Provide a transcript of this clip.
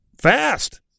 Fast